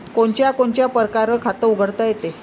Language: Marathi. कोनच्या कोनच्या परकारं खात उघडता येते?